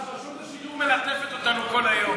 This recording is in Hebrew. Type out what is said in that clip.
ממש, רשות השידור מלטפת אותנו כל היום.